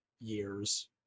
years